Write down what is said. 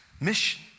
mission